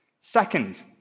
Second